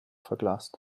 verglast